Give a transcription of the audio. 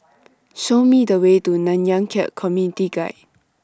Show Me The Way to Nanyang Khek Community Guild